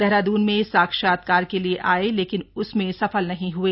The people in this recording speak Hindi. देहरादून में साक्षात्कार के लिए आए लेकिन उसमें सफल नहीं हए